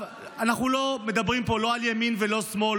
אנחנו לא מדברים פה לא על ימין ולא על שמאל,